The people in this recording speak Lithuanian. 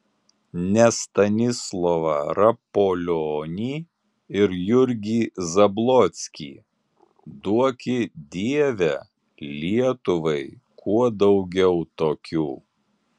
ne stanislovą rapolionį ir jurgį zablockį duoki dieve lietuvai kuo daugiau tokių